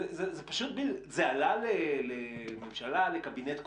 זה עלה לממשלה, לקבינט קורונה,